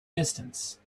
distance